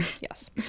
Yes